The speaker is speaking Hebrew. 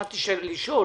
לשאול,